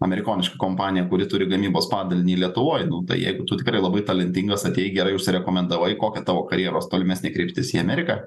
amerikonišką kompaniją kuri turi gamybos padalinį lietuvoj nu tai jeigu tu tikrai labai talentingas atėjai gerai užsirekomendavai kokia tavo karjeros tolimesnė kryptis į ameriką